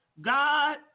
God